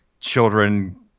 children